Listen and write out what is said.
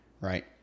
right